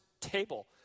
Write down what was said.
table